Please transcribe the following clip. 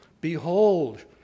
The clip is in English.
behold